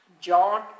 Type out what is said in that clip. John